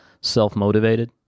self-motivated